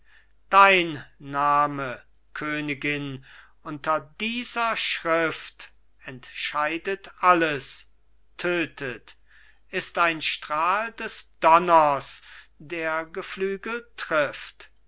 dein name königin unter dieser schrift entscheidet alles tötet ist ein strahl des donners der geflügelt trifft